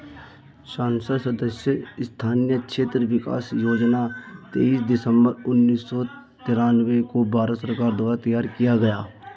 संसद सदस्य स्थानीय क्षेत्र विकास योजना तेईस दिसंबर उन्नीस सौ तिरान्बे को भारत सरकार द्वारा तैयार किया गया